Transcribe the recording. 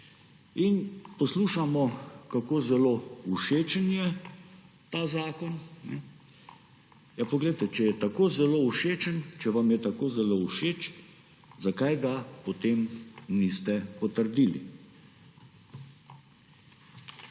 In poslušamo, kako zelo všečen je ta zakon. Ja, če je tako zelo všečen, če vam je tako zelo všeč, zakaj ga potem niste potrdili?